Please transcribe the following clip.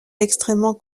extrêmement